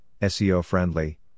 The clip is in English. SEO-friendly